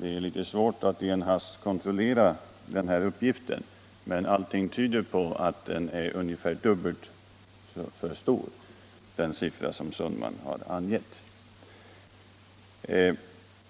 Det är litet svårt att i en hast kontrollera denna uppgift, men allting tyder på att den riktiga siffran torde vara ungefär hälften så stor som den herr Sundman har angivit. Jag